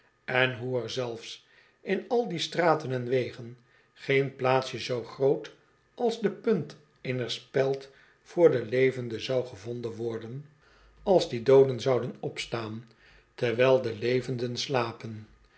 en hoe er zelfs in al die straten en wegen geen plaatsje zoo groot als de punt eener speld voor de levenden zou gevonden worden als die dooden zouden opstaan terwijl de levenden slapen